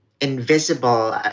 invisible